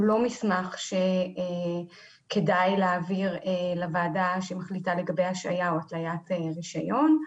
הוא לא מסמך שכדאי להעביר לוועדה שמחליטה לגבי השהייה או התלית רישיון.